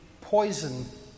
poison